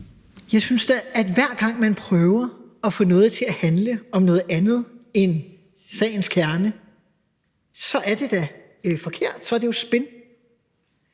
Jeg synes da, at hver gang man prøver at få noget til at handle om noget andet end sagens kerne, er det forkert – så er det jo spin.